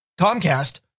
Comcast